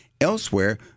elsewhere